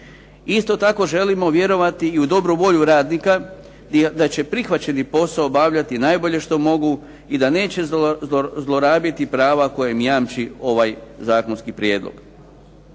Isto tako želimo vjerovati i u dobru volju radnika da će prihvaćeni posao obavljati najbolje što mogu i da neće zlorabiti prava koja im jamči ovaj zakonski prijedlog.